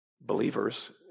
believers